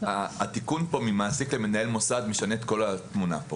התיקון כאן ממעסיק למנהל מוסד משנה את כל התמונה.